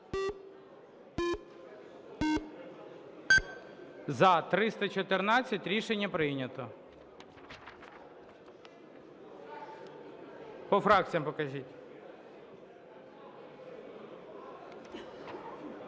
За-314 Рішення прийнято. По фракціях покажіть.